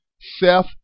Seth